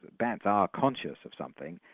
bats are conscious of something,